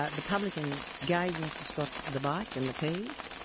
ah the publican gave mr scott the bike and the keys,